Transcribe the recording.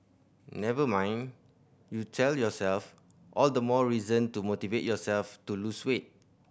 never mind you tell yourself all the more reason to motivate yourself to lose weight